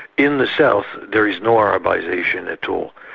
in the south there is no arabisation at all.